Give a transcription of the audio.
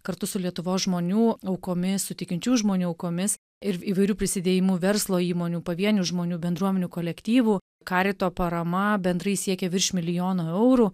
kartu su lietuvos žmonių aukomis su tikinčių žmonių aukomis ir įvairiu prisidėjimu verslo įmonių pavienių žmonių bendruomenių kolektyvų karito parama bendrai siekia virš milijono eurų